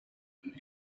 and